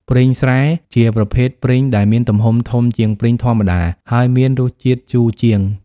ព្រីងស្រែ ជាប្រភេទព្រីងដែលមានទំហំធំជាងព្រីងធម្មតា ហើយមានរសជាតិជូរជាង។